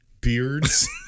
beards